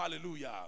Hallelujah